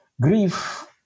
Grief